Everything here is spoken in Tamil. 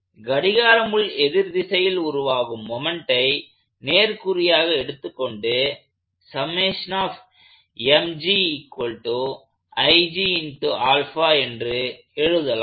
எனவே கடிகார முள் எதிர்திசையில் உருவாகும் மொமெண்ட்டை நேர்குறியாக எடுத்துக் கொண்டு என்று எழுதலாம்